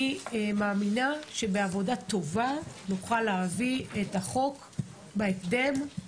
אני מאמינה שבעבודה טובה נוכל להעביר את החוק בהקדם.